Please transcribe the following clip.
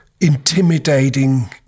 intimidating